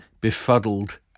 befuddled